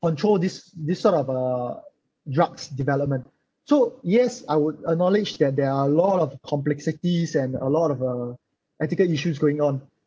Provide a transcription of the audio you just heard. control this this sort of uh drugs development so yes I would acknowledge that there are a lot of complexities and a lot of uh ethical issues going on